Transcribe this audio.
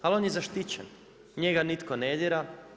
Ali on je zaštićen, njega nitko ne dira.